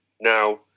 Now